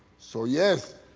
so, yes,